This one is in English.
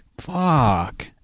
Fuck